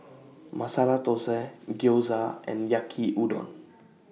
Masala Dosa Gyoza and Yaki Udon